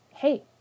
Hey